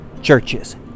churches